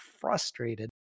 frustrated